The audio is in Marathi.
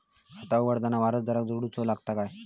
खाता उघडताना वारसदार जोडूचो लागता काय?